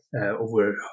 over